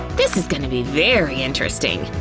this is going to be very interesting.